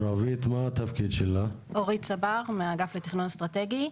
אורית צבר, מהאגף לתכנון אסטרטגי,